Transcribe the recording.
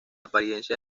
apariencia